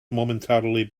momentarily